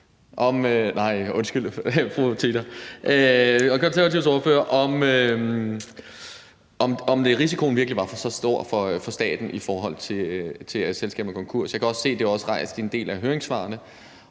nemlig om risikoen virkelig var så stor for staten, i forhold til at selskaber går konkurs. Jeg kan også se, at det er rejst i en del af høringssvarene,